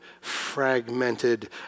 fragmented